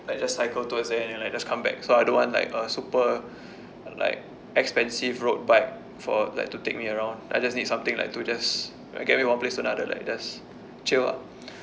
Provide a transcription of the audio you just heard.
like just cycle towards there and like just come back so I don't want like a super like expensive road bike for like to take me around I just need something like to just like get me one place to another like just chill ah